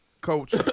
Coach